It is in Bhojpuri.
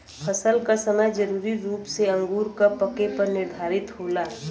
फसल क समय जरूरी रूप से अंगूर क पके पर निर्धारित होला